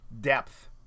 depth